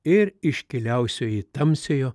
ir iškiliausioji tamsiojo